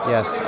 Yes